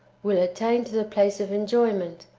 will attain to the place of en joyment,